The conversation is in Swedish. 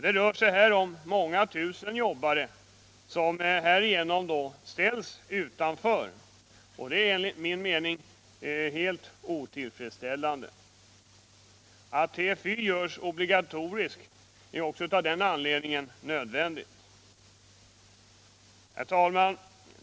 Det rör sig om många tusen jobbare som härigenom ställs utanför, och det är enligt min mening helt otillfredsställande. Att TFY görs obligatorisk är även av den anledningen nödvändigt. Herr talman!